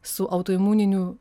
su autoimuninių